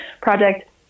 project